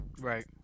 Right